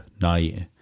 night